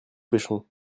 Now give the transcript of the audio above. pêchons